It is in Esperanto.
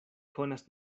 konas